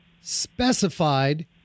specified